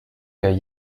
der